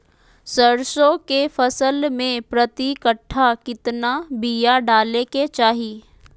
सरसों के फसल में प्रति कट्ठा कितना बिया डाले के चाही?